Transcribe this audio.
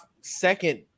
second